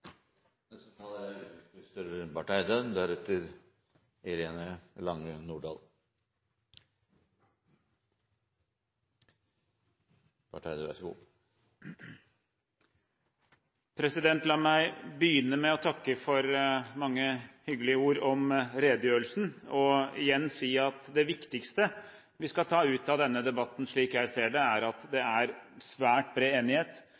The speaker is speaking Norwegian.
La meg begynne med å takke for mange hyggelige ord om redegjørelsen og igjen si at det viktigste vi skal ta ut av denne debatten, slik jeg ser det, er at det er svært bred enighet